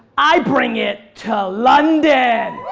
i bring it to london.